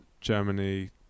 germany